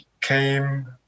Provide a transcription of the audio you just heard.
came